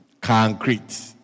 Concrete